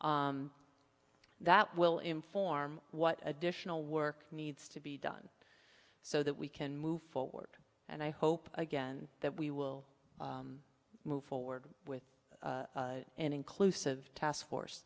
that will inform what additional work needs to be done so that we can move forward and i hope again that we will move forward with an inclusive taskforce